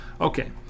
Okay